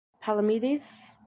Palamedes